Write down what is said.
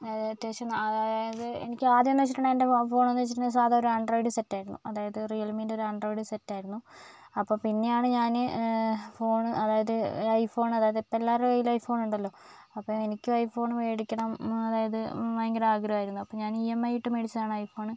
അത് അത്യാവശ്യം അതായത് എനിക്ക് ആദ്യമെന്ന് വെച്ചിട്ടുണ്ടെങ്കിൽ എൻ്റെ ഫോൺ എന്ന് വെച്ചിട്ടുണ്ടെങ്കിൽ സാധാ ഒരു ആൻഡ്രോയിഡ് സെറ്റ് ആയിരുന്നു അതായത് റിയൽമിൻ്റെ ഒരു ആൻഡ്രോയിഡ് സെറ്റ് ആയിരുന്നു അപ്പോൾ പിന്നെയാണ് ഞാൻ ഫോൺ അതായത് ഐ ഫോൺ അതായത് ഇപ്പോൾ എല്ലാരുടെ കയ്യിലും ഐ ഫോൺ ഇണ്ടല്ലോ അപ്പം എനിക്കും ഐ ഫോൺ മേടിക്കണം അതായത് ഭയങ്കര ആഗ്രഹമായിരുന്നു അപ്പം ഞാൻ ഇ എം ഐ ഇട്ട് മേടിച്ചതാണ് ഐ ഫോൺ